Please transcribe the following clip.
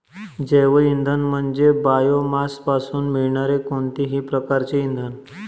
जैवइंधन म्हणजे बायोमासपासून मिळणारे कोणतेही प्रकारचे इंधन